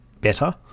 better